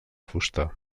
fusta